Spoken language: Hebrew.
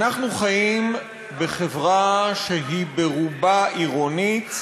אנחנו חיים בחברה שהיא ברובה עירונית,